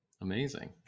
Amazing